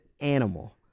animal